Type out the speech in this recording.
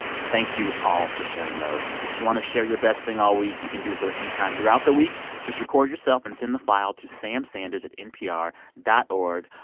thank you all for sharing those. if you want to share your best thing all week, you can do so at any time throughout the week. just record yourself and send the file to samsanders at npr dot o r